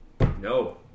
no